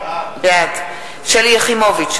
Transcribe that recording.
בעד שלי יחימוביץ,